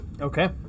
Okay